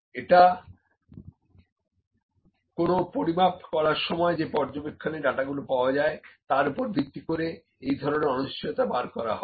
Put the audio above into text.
এক্ষেত্রে কোন পরিমাপ করার সময় যে পর্যবেক্ষণে ডাটাগুলো পাওয়া যায় তার ওপরে ভিত্তি করে এই ধরনের অনিশ্চয়তা বার করা হয়